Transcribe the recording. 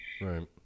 Right